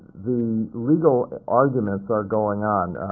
the legal arguments are going on.